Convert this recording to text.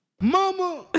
Mama